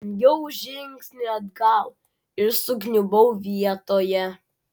žengiau žingsnį atgal ir sukniubau vietoje